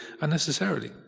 unnecessarily